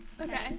okay